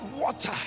water